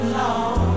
long